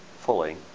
fully